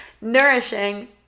nourishing